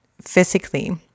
physically